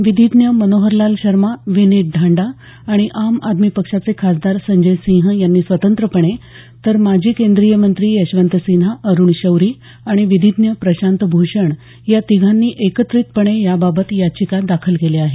विधीज्ञ मनोहरलाल शर्मा विनित ढांडा आणि आम आदमी पक्षाचे खासदार संजय सिंह यांनी स्वतंत्रपणे तर माजी केंद्रीय मंत्री यशवंत सिन्हा अरुण शौरी आणि विधीज्ञ प्रशांत भूषण या तिघांनी एकत्रितपणे याबाबत याचिका दाखल केल्या आहेत